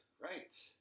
Right